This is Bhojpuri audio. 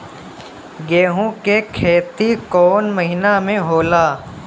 गेहूं के खेती कौन महीना में होला?